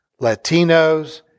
Latinos